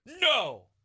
No